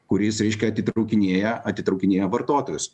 kuris reiškia atitraukinėja atitraukinėja vartotojus